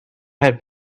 had